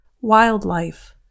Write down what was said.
Wildlife